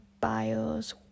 bios